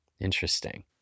Interesting